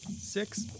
Six